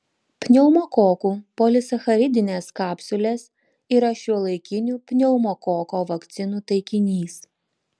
pneumokokų polisacharidinės kapsulės yra šiuolaikinių pneumokoko vakcinų taikinys